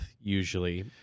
usually